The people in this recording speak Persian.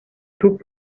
توپ